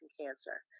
cancer